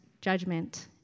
judgment